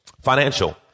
Financial